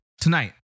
Tonight